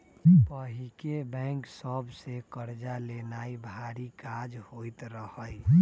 पहिके बैंक सभ से कर्जा लेनाइ भारी काज होइत रहइ